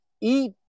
Eat